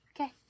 Okay